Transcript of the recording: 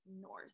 North